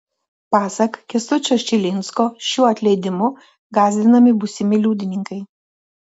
pasak kęstučio čilinsko šiuo atleidimu gąsdinami būsimi liudininkai